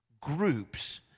groups